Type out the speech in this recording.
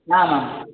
आमाम्